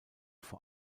vor